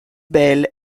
bell